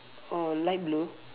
orh light blue